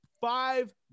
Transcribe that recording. five